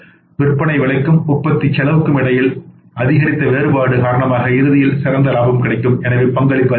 விற்பனை விலைக்கும் உற்பத்திச் செலவுக்கும் இடையில் அதிகரித்த வேறுபாடு காரணமாக இறுதியில் சிறந்த லாபம் கிடைக்கும் எனவே பங்களிப்பு அதிகரிக்கும்